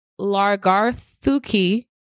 Largarthuki